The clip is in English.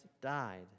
died